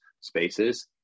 spaces